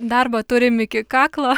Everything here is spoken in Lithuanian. darbo turime iki kaklo